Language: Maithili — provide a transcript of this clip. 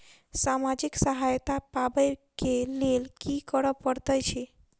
सामाजिक सहायता पाबै केँ लेल की करऽ पड़तै छी?